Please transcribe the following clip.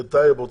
חבר הכנסת טייב.